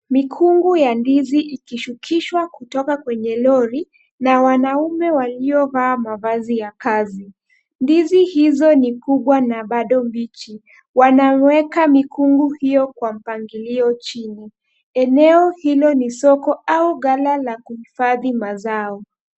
Mikungu ya ndizi ikishukishwa kutoka kwenye lori na wanaume waliovaa mavazi ya kazi. Ndizi hizo ni kubwa na bado mbichi. Wanaweka mikungu hio kwa mpangilio chini. Eneo hilo ni soko au ghala la kuhifadhi mazao.